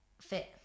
fit